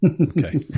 Okay